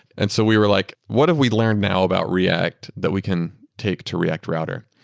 and so we were like, what have we learned now about react that we can take to react router?